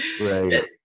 Right